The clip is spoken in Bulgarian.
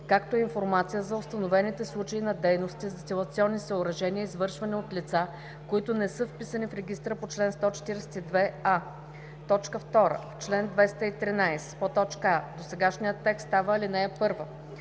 както и информация за установените случаи на дейности с дестилационни съоръжения, извършвани от лица, които не са вписани в регистъра по чл. 142а. 2. В чл. 213: а) досегашният текст става ал. 1;